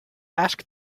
ask